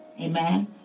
Amen